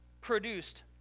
produced